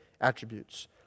attributes